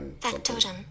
Factotum